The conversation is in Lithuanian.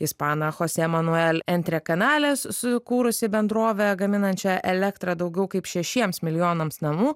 ispaną chose manuel entrekanales sukūrusį bendrovę gaminančią elektrą daugiau kaip šešiems milijonams namų